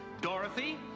Dorothy